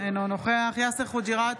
אינו נוכח יאסר חוג'יראת,